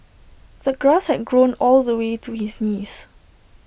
the grass had grown all the way to his knees